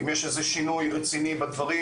אם יש איזה שינוי רציני בדברים,